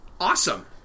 Awesome